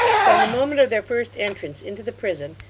from the moment of their first entrance into the prison,